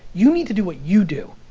you need to do what you do.